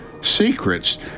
secrets